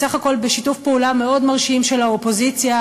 בסך הכול בשיתוף פעולה מאוד מרשים של האופוזיציה,